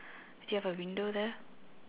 do you have a window there